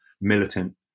militant